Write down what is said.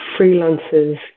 freelancers